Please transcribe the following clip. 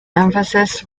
emphasis